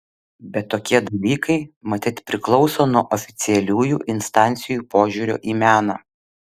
bet tokie dalykai matyt priklauso nuo oficialiųjų instancijų požiūrio į meną